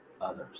others